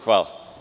Hvala.